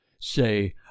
Say